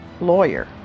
lawyer